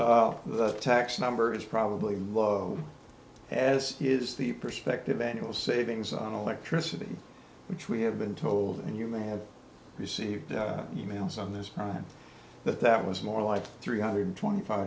the tax number is probably low as is the perspective annual savings on electricity which we have been told and you may have received e mails on this on that that was more like three hundred and twenty five